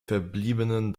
verbliebenen